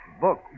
Book